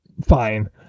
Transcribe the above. fine